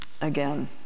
again